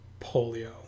polio